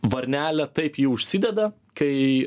varnelė taip ji užsideda kai